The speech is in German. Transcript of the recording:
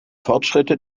fortschritte